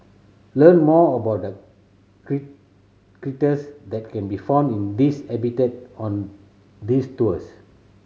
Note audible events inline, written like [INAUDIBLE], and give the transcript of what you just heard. learn more about the [UNINTELLIGIBLE] critters that can be found in this habitat on these tours